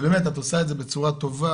באמת את עושה את זה בצורה טובה,